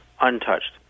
untouched